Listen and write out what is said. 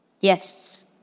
Yes